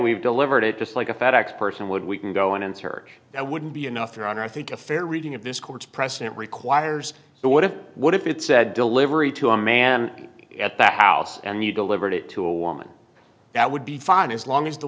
we've delivered it just like a fed ex person would we can go in and search that wouldn't be enough your honor i think a fair reading of this court's precedent requires the what if what if it said delivery to a man at that house and you delivered it to a woman that would be fine as long as the